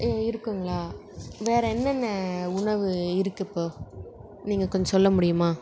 இருக்குதுங்களா வேறு என்னென்ன உணவு இருக்குது இப்போது நீங்கள் கொஞ்சம் சொல்ல முடியுமா